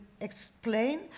explain